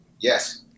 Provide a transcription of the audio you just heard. Yes